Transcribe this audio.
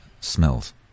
smells